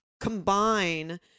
combine